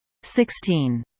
sixteen.